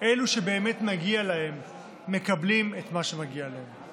אלו שבאמת מגיע להם, מקבלים את מה שמגיע להם.